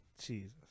Jesus